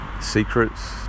secrets